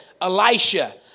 Elisha